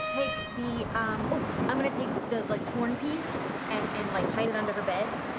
take the oh! i'm going to take the like torn piece and and like hide it under her bed.